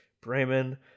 Bremen